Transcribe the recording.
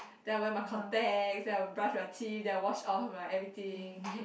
then I wear my contacts then I brush my teeth then I wash all of my everything